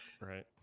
Right